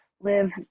live